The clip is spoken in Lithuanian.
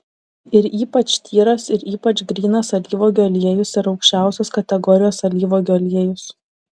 ir ypač tyras ir ypač grynas alyvuogių aliejus yra aukščiausios kategorijos alyvuogių aliejus